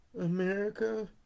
America